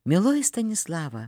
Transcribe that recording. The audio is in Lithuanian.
mieloji stanislava